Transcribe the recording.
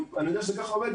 כך אני יודע שזה גם עובד,